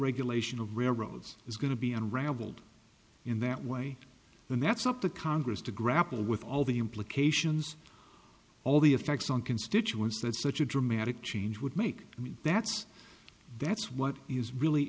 regulation of railroads is going to be unraveled in that way then that's up to congress to grapple with all the implications all the effects on constituents that such a dramatic change would make i mean that's that's what is really